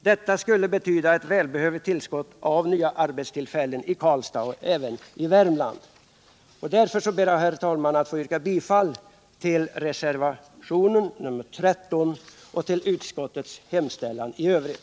Detta skulle betyda ett välbehövligt tillskott av nya arbetstillfällen i Karlstad och Värmland. Herr talman! Jag ber att få yrka bifall till reservationen 13 och till utskottets hemställan i övrigt.